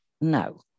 no